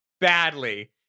badly